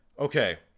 Okay